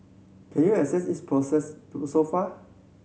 can you assess its progress so far